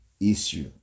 Issue